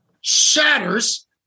shatters